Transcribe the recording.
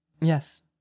Yes